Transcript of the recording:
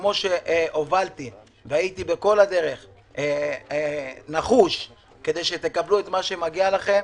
שכמו שהובלתי והייתי בכל הדרך נחוש כדי שתקבלו את מה שמגיע לכם,